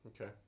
Okay